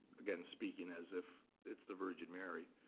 again, speaking as if it's the virgin mary.